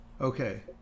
Okay